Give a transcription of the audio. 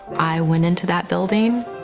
i went into that building,